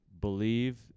believe